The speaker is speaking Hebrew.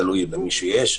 תלוי במה שיש,